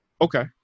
Okay